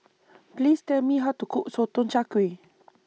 Please Tell Me How to Cook Sotong Char Kway